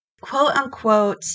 quote-unquote